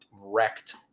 wrecked